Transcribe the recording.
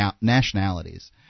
nationalities